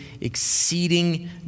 exceeding